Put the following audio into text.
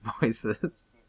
voices